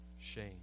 shame